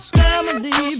family